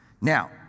Now